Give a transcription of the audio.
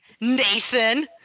Nathan